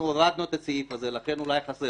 אנחנו הורדנו את הסעיף הזה ולכן אולי הוא חסר